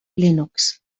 linux